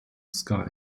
ska